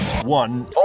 One